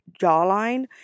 jawline